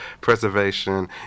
preservation